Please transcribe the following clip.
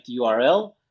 URL